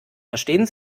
verstehen